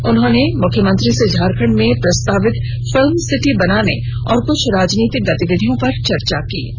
इस दौरान उन्होंने मुख्यमंत्री से झारखंड में प्र स्तावित फिल्म सिटी बनाने और कुछ राजनीतिक गतिविधियों पर चर्चा की